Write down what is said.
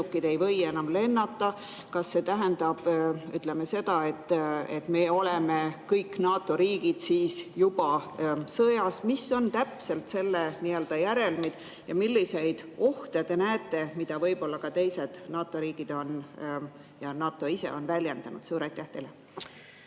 ei või enam lennata? Kas see tähendab seda, et me oleme kõik NATO riigid siis juba sõjas? Mis on täpselt selle järelmid ja milliseid ohte te näete, mida võib-olla ka teised NATO riigid on ja NATO ise on väljendanud? Austatud